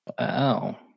Wow